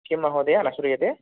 किं महोदय न श्रूयते